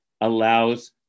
allows